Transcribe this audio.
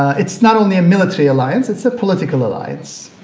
it's not only a military alliance, it's a political alliance